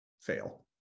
fail